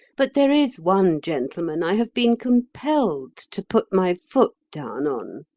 but there is one gentleman i have been compelled to put my foot down on.